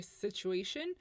situation